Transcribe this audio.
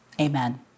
Amen